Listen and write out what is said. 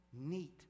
neat